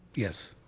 yes